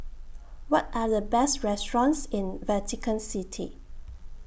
What Are The Best restaurants in Vatican City